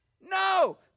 No